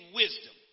wisdom